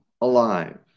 alive